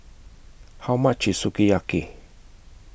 How much IS Sukiyaki